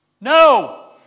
No